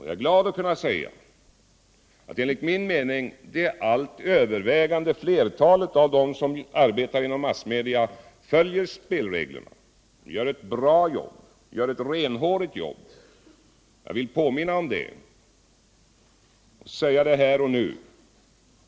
Jag är glad att kunna säga att enligt min mening det helt övervägande flertalet av dem som arbetar inom massmedia följer spelreglerna och gör ett bra och renhårigt jobb. Jag vill påminna om det och säga det här och nu.